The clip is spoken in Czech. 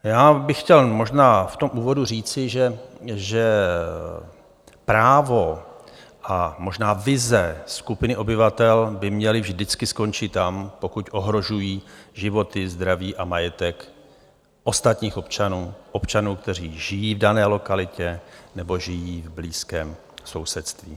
Já bych chtěl možná v tom úvodu říci, že právo a možná vize skupiny obyvatel by měly vždycky skončit tam, pokud ohrožují životy, zdraví a majetek ostatních občanů, občanů, kteří žijí v dané lokalitě nebo žijí v blízkém sousedství.